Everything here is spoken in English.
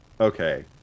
okay